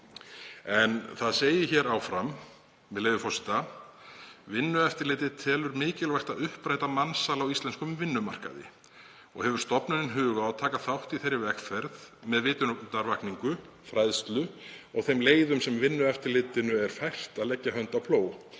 En áfram segir, með leyfi forseta: „Vinnueftirlitið telur mikilvægt að uppræta mansal á íslenskum vinnumarkaði og hefur stofnunin hug á að taka þátt í þeirri vegferð með vitundarvakningu, fræðslu og þeim leiðum sem Vinnueftirlitinu er fært að leggja hönd á plóg,